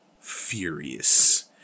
furious